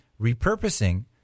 repurposing